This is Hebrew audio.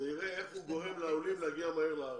ויראה איך הוא גורם לעולים להגיע מהר לארץ.